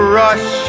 rush